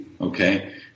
okay